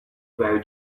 very